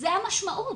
זו המשמעות,